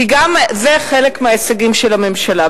כי גם זה חלק מההישגים של הממשלה.